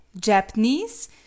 Japanese